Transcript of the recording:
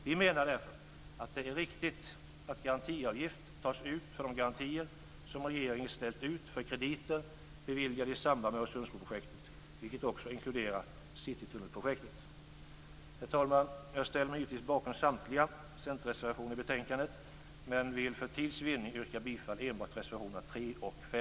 Vi menar därför att det är riktigt att garantiavgift tas ut för de garantier som regeringen ställt ut för krediter beviljade i samband med Öresundsbroprojektet, vilket också inkluderar citytunnelprojektet. Herr talman! Jag ställer mig givetvis bakom samtliga Centerreservationer i betänkandet, men vill för tids vinning yrka bifall enbart till reservationerna 3